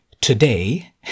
today